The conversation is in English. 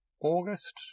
August